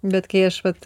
bet kai aš vat